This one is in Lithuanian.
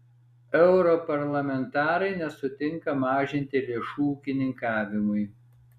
europarlamentarai nesutinka mažinti lėšų ūkininkavimui